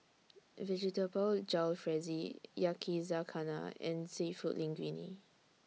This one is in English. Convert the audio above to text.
Vegetable Jalfrezi Yakizakana and Seafood Linguine